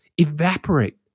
evaporate